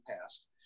past